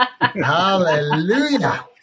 Hallelujah